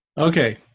Okay